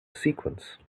sequence